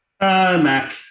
Mac